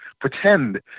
pretend